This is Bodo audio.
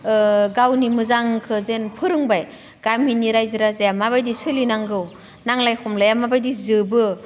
गावनि मोजांखो जेन फोरोंबाय गामिनि रायजो राजाया माबायदि सोलिनांगौ नांलखय खमलाया माबायदि जोबो